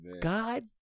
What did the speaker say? god